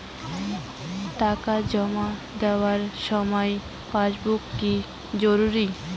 টাকা জমা দেবার সময় পাসবুক কি জরুরি?